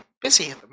busy